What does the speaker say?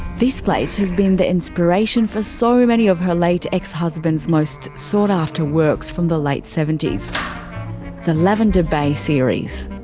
this place has been the inspiration for so many of her late ex-husband's most sought after works from the late seventy s the lavender bay series.